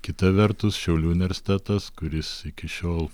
kita vertus šiaulių universitetas kuris iki šiol